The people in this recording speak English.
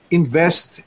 invest